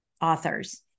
authors